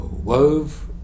wove